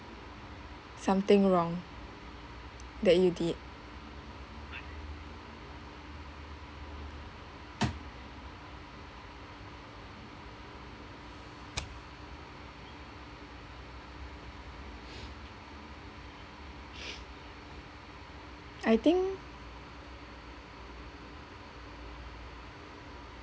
something wrong that you did I think